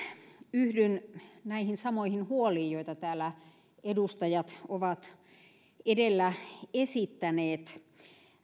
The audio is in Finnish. yhdyn näihin samoihin huoliin joita täällä edustajat ovat edellä esittäneet